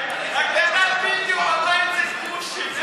הקלטת וידיאו זה גרושים.